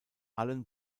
allen